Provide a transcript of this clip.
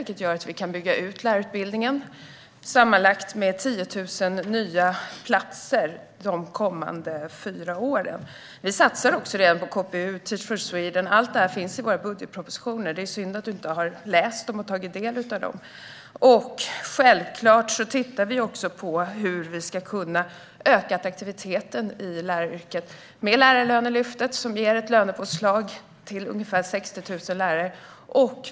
Därför kan vi bygga ut lärarutbildningen, med sammanlagt 10 000 nya platser under de kommande fyra åren. Vi satsar också redan på KPU och Teach for Sweden. Allt det finns med i våra budgetpropositioner. Det är synd att Erik Bengtzboe inte har läst och tagit del av dem. Självklart tittar vi också på hur vi kan öka läraryrkets attraktivitet. Det ökar attraktiviteten med Lärarlönelyftet som ger lönepåslag till ungefär 60 000 lärare.